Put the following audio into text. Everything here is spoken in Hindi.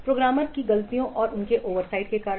प्रोग्रामर की गलतियों और उनके ओवरसाइट्स के कारण